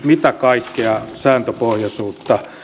mitä kaikkea sääntöpohjaisuutta